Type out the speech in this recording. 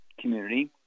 community